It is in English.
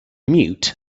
mute